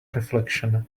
reflection